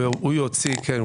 הוא יוציא, כן.